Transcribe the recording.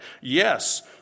Yes